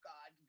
God